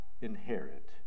inherit